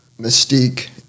mystique